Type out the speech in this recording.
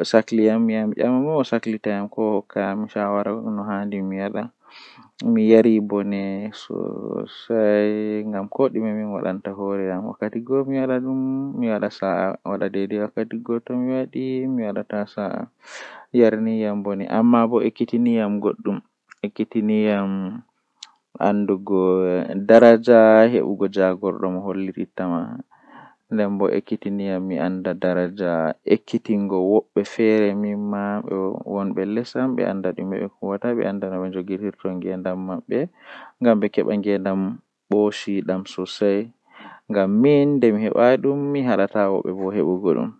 ndikkina am nyamdu beldum.